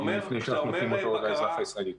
לפני שאנחנו נותנים אותו לאזרח הישראלי.